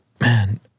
Man